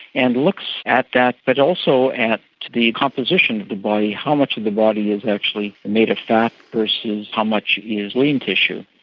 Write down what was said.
and looks at that but also at the composition of the body, how much of the body is actually made of fat versus how much is lean tissue.